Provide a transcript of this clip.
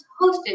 hosted